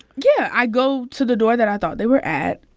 yeah. i go to the door that i thought they were at,